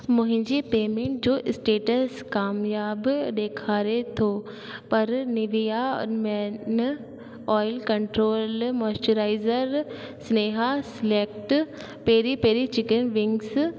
मुहिंजे पेमेंट जो स्टेटस क़ामयाबु ॾेखारे थो पर Nivea men oil control moisturiser Sneha select peri peri chicken wings